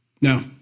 Now